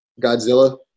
godzilla